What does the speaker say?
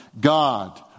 God